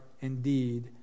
indeed